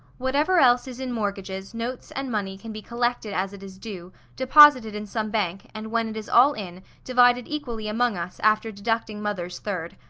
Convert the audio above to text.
whatever else is in mortgages, notes, and money can be collected as it is due, deposited in some bank, and when it is all in, divided equally among us, after deducting mother's third.